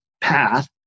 path